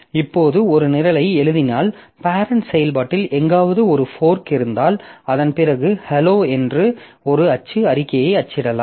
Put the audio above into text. இப்போது ஒரு நிரலை எழுதினால் பேரெண்ட் செயல்பாட்டில் எங்காவது ஒரு ஃபோர்க் இருந்தால் அதன் பிறகு hello என்று ஒரு அச்சு அறிக்கையை அச்சிடலாம்